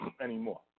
anymore